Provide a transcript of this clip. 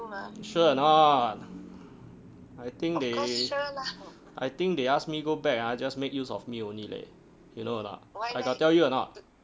sure or not I think they I think they ask me go back ah just make use of me only leh you know or not I got tell you or not